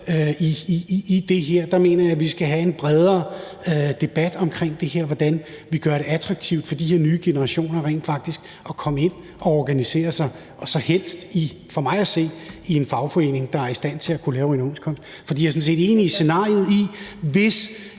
løser. Jeg mener, vi skal have en bredere debat om det her og om, hvordan vi gør det attraktivt for de nye generationer rent faktisk at komme ind og organisere sig og så helst i – for mig at se – en fagforening, der er i stand til at kunne lave en overenskomst. For jeg er sådan set enig i det scenarie, at hvis